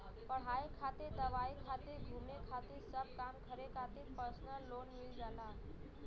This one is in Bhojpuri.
पढ़ाई खातिर दवाई खातिर घुमे खातिर सब काम खातिर परसनल लोन मिल जाला